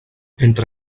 entre